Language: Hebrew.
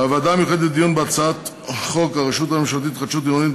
הוועדה המיוחדת לדיון בהצעת חוק הרשות הממשלתית להתחדשות עירונית,